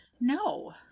No